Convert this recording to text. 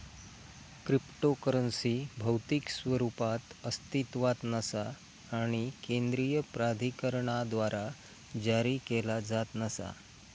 cryptocurrency भौतिक स्वरूपात अस्तित्वात नसा आणि केंद्रीय प्राधिकरणाद्वारा जारी केला जात नसा